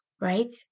right